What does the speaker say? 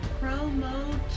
promo